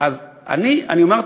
אז אני אמרתי,